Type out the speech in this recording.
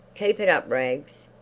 keep it up, rags.